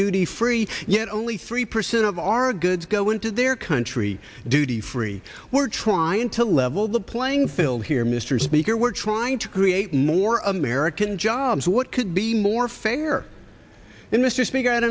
duty free yet only three percent of our goods go into their country duty free we're trying to level the playing field here mr speaker we're trying to create more american jobs what could be more fair and mr speaker i had